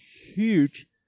huge